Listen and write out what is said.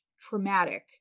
traumatic